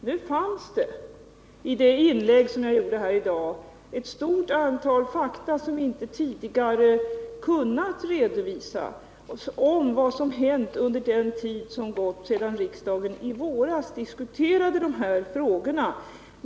Nu fanns det i det inlägg som jag gjorde här i dag ett stort antal nya fakta som inte tidigare kunnat redovisas, eftersom de gäller vad som hänt under den tid som gått sedan riksdagen i våras diskuterade de här frågorna.